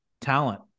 talent